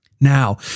Now